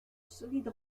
solide